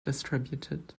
distributed